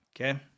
Okay